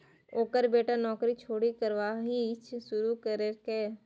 ओकर बेटा नौकरी छोड़ि चरवाही शुरू केलकै